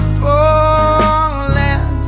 falling